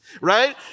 right